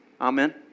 Amen